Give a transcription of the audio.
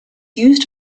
used